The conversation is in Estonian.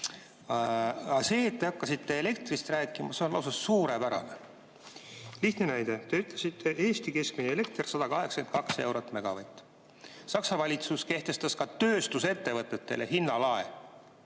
see, et te hakkasite elektrist rääkima, on lausa suurepärane. Lihtne näide: te ütlesite, et Eesti keskmine elekter on 182 eurot megavatt-tunni kohta. Saksa valitsus kehtestas ka tööstusettevõtetele hinnalae